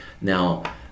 now